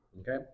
Okay